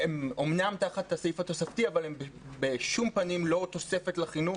אמנם הם תחת הסעיף התוספתי אבל בשום פנים הם לא תוספת לחינוך.